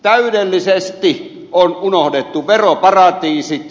täydellisesti on unohdettu veroparatiisit